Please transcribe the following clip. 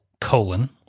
colon